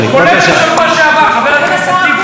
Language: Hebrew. כולל בשבוע שעבר, חבר הכנסת טיבי.